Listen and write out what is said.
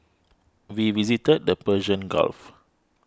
we visited the Persian Gulf